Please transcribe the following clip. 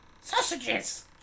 Sausages